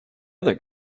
other